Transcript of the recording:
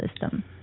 system